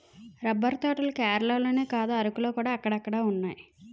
rubber తోటలు కేరళలోనే కాదు అరకులోకూడా అక్కడక్కడున్నాయి